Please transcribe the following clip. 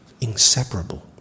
Inseparable